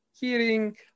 hearing